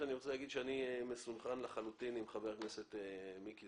אני רוצה לומר שאני מסונכרן לחלוטין עם חבר הכנסת מיקי